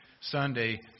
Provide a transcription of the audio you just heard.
Sunday